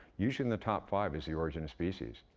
usually in the top five is the origin of species,